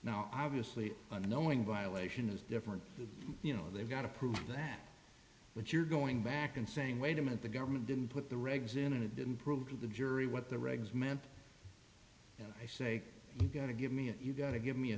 now obviously and knowing violation is different you know they've got to prove that but you're going back and saying wait a minute the government didn't put the regs in and it didn't prove to the jury what the regs meant i say you got to give me a you got to give me a